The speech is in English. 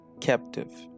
captive